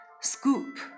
Scoop